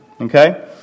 Okay